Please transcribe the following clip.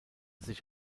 sich